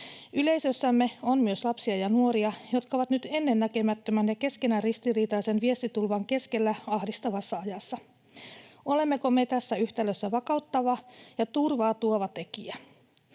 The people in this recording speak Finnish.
Yleisössämme on myös lapsia ja nuoria, jotka ovat nyt ennennäkemättömän ja keskenään ristiriitaisen viestitulvan keskellä ahdistavassa ajassa. Olemmeko me tässä yhtälössä vakauttava ja turvaa tuova tekijä?